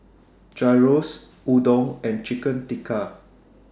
Gyros Udon and Chicken Tikka